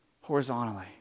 horizontally